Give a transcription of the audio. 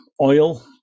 oil